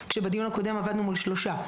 ובדיון הקודם עבדנו מול שלושה.